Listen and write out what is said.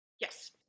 Yes